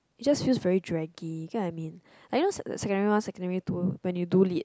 it just feels very draggy you get what I mean like those secondary one secondary two when you do lit